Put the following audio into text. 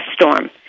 Storm